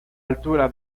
altura